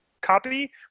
copy